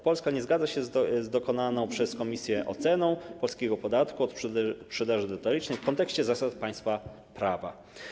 Polska nie zgadza się z dokonaną przez Komisję oceną polskiego podatku od sprzedaży detalicznej w kontekście zasad państwa prawa.